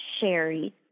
Sherry